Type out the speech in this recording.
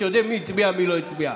אתם יודעים מי הצביע ומי לא הצביע.